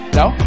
no